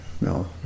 no